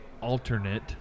alternate